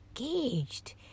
engaged